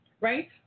right